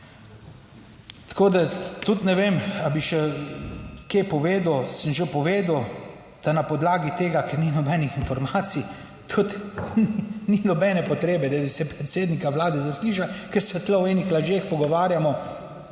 Tako da tudi ne vem ali bi še kaj povedal. Sem že povedal, da na podlagi tega, ker ni nobenih informacij, tudi ni nobene potrebe, da bi se predsednika Vlade zaslišal, ker se tukaj o enih lažeh pogovarjamo,